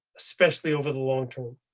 especially over the long term.